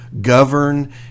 govern